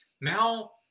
Now